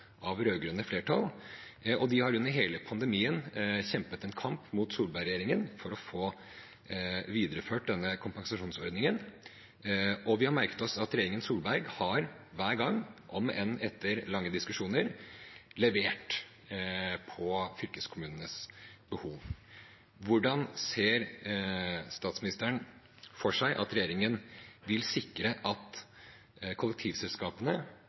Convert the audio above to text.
av et rød-grønt flertall. De har under hele pandemien kjempet en kamp mot Solberg-regjeringen for å få videreført denne kompensasjonsordningen, og vi har merket oss at regjeringen Solberg hver gang – om enn etter lange diskusjoner – har levert på fylkeskommunenes behov. Hvordan ser statsministeren for seg at regjeringen vil sikre at kollektivselskapene